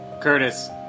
Curtis